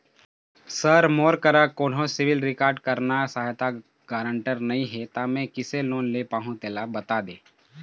sir मोर करा कोन्हो सिविल रिकॉर्ड करना सहायता गारंटर नई हे ता मे किसे लोन ले पाहुं तेला बता दे